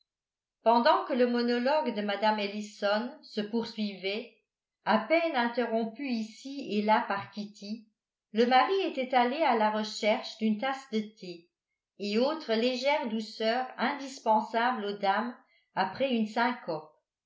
pendant que le monologue de mme ellison se poursuivait à peine interrompu ici et là par kitty le mari était allé à la recherche d'une tasse de thé et autres légères douceurs indispensables aux dames après une syncope